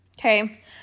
okay